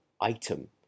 item